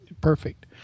perfect